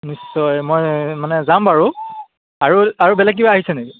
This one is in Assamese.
নিশ্চয় মই মানে যাম বাৰু আৰু আৰু বেলেগ কিবা আহিছে নেকি